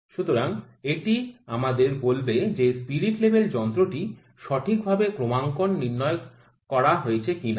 সুতরাং এটি আমাদের বলবে যে স্পিরিট লেভেল যন্ত্রটি সঠিকভাবে ক্রমাঙ্কন নির্ণয় করা হয়েছে কিনা